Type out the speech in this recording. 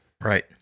Right